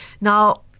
Now